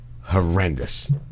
horrendous